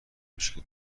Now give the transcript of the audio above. میشه